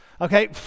Okay